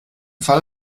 fall